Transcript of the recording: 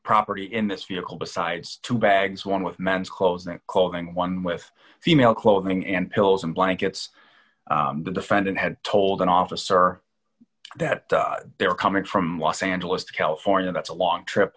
property in this vehicle besides two bags one with men's clothes name calling one with female clothing and pills and blankets the defendant had told an officer that they were coming from los angeles to california that's a long trip